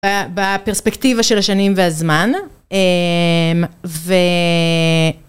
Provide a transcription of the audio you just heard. בפרספקטיבה של השנים והזמן...אמ....ו..